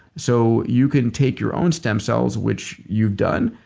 so you can take your own stem cells, which you've done.